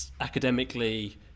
academically